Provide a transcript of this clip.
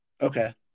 Okay